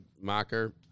mocker